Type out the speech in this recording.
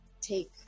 take